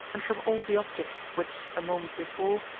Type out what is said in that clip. and from all the objects which, a moment before,